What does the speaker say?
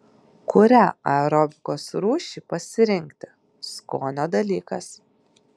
kurią aerobikos rūšį pasirinkti skonio dalykas